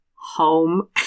home